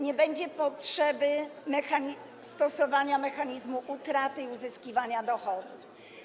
Nie będzie potrzeby stosowania mechanizmu utraty i uzyskiwania dochodu.